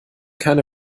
keine